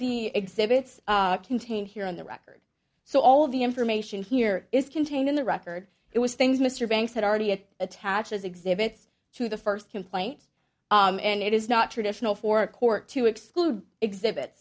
the exhibits contained here in the record so all of the information here is contained in the record it was things mr banks had already it attaches exhibits to the first complaint and it is not traditional for a court to exclude exhibit